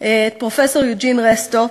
פרופסור יוג'ין רוסטוב,